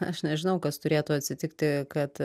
aš nežinau kas turėtų atsitikti kad